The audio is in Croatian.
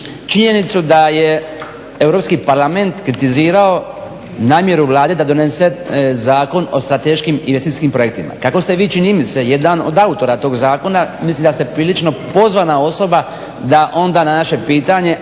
činjenicu da je Europski parlament kritizirao namjeru Vlade da donese zakon o strateškim investicijskim projektima. Kako ste vi čini mi se jedan od autora tog zakona mislim da ste prilično pozvana osoba da onda na naše pitanje,